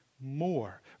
more